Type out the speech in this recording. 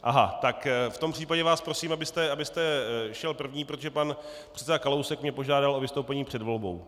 V tom případě vás prosím, abyste šel první, protože pan předseda Kalousek mě požádal o vystoupení před volbou.